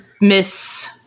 Miss